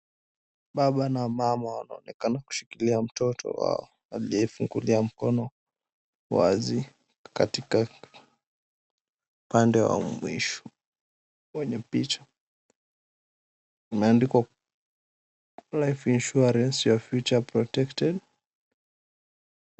Baba na mama wanaonekana kushikilia mtoto wao aliyefungulia mkono wazi katika upande wa mwisho. Kwenye picha kumeandikwa, Life Insurance, your Future Protected.